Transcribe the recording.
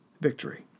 victory